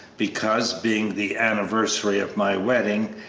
because, being the anniversary of my wedding,